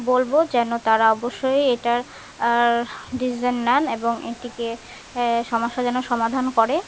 বলবো যেন তারা অবশ্যই এটার ডিসিশান নেন এবং এটিকে সমস্যা যেন সমাধান করে